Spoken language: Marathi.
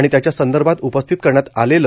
आणि त्याच्या संदर्भात उपस्थित करण्यात आलेलं